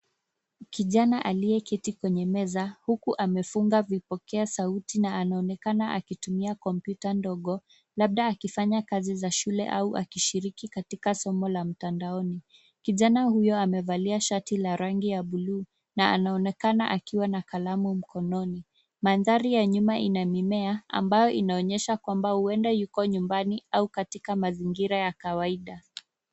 Kijana aliyeketi kwenye meza huku amefunga vipokea sauti na anaonekana akitumia kompyuta ndogo labda akifanya kazi za shule au akishiriki katika somo la mtandaoni. Kijana huyu amevalia shati la rangi ya buluu na anaonekana akiwa na kalamu mkononi. Mandhari ya nyuma ina mimea ambayo inaonyesha kwamba huenda yuko nyumbani au katika mazingira ya kawaida.